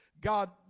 God